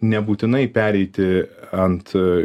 nebūtinai pereiti ant